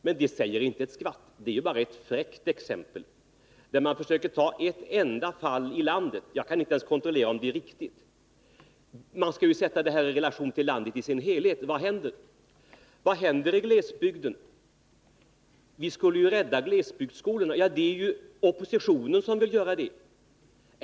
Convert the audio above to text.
Men det säger inte ett skvatt, utan det är bara ett fräckt exempel. Man tar fram ett exempel från ett enda fall i landet — jag kan inte ens kontrollera om det är riktigt — men man skall ju sätta detta i relation till landet i dess helhet. Vad händer i glesbygden? Vi skulle ju rädda glesbygdsskolorna. Det är oppositionen som vill göra det.